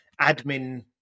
admin